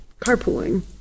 carpooling